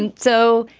and so,